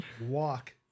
walk